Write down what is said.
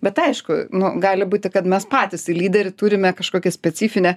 bet aišku nu gali būti kad mes patys į lyderį turime kažkokią specifinę